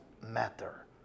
matter